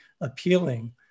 appealing